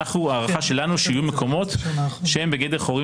ההערכה שלנו שיהיו מקומות שהם בגדר חורים